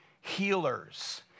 healers